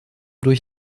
durch